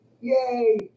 yay